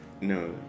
no